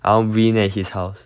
I want win at his house